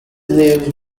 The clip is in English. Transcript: leaves